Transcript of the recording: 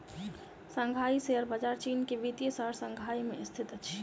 Shanghai share बजार चीन के वित्तीय शहर शंघाई में स्थित अछि